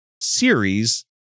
series